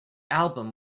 album